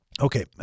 Okay